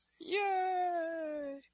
Yay